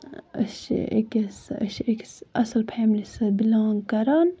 أسۍ چھِ أکِس أسۍ چھِ أکِس اَصٕل فیملی سۭتۍ بِلانٛگ کران